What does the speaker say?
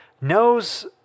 knows